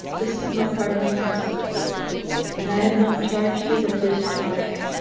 this is my parting counsel and i have not charged thee with this charge,